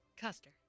Custer